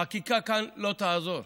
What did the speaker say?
חקיקה כאן לא תעזור.